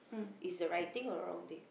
is a right thing or wrong thing